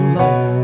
life